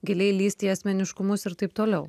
giliai lįsti į asmeniškumus ir taip toliau